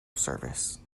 service